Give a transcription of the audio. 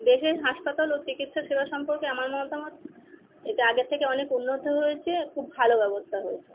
দেশের হাসপাতাল ও চিকিৎসা সেবা সম্পর্কে আমার মতামত এটা আগের থেকে অনেক উন্নত হয়েছে খুব ভালো ব্যবস্থা হয়েছে